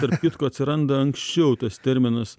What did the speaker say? tarp kitko atsiranda anksčiau tas terminas